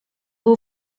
był